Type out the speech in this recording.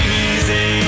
easy